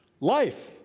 life